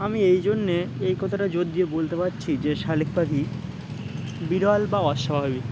আমি এই জন্যে এই কথাটা জোর দিয়ে বলতে পারছি যে শালেক পাখি বিরল বা অস্বাভাবিক